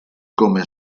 come